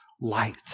light